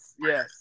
yes